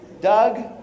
Doug